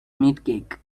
meatcake